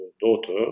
daughter